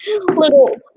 Little